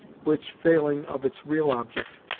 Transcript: which, failing of its real object,